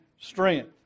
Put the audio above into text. strength